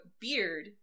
beard